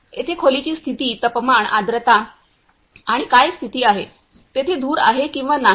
येथे खोलीची स्थिती तपमान आर्द्रता आणि काय स्थिती आहे तेथे धूर आहे किंवा नाही